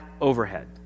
overhead